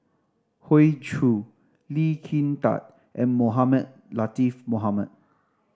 Hoey Choo Lee Kin Tat and Mohamed Latiff Mohamed